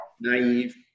naive